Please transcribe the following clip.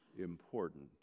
important